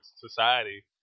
society